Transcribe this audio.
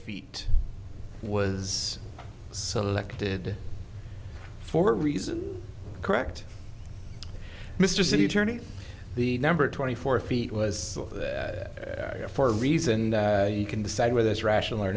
feet was selected for reasons correct mr city attorney the number twenty four feet was that for a reason that you can decide whether it's rational or